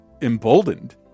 emboldened